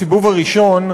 בסיבוב הראשון,